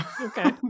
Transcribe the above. Okay